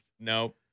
Nope